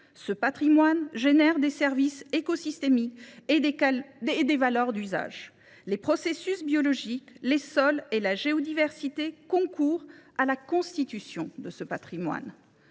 Ce patrimoine génère des services écosystémiques et des valeurs d’usage. Les processus biologiques, les sols et la géodiversité concourent à la constitution de ce patrimoine.